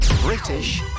British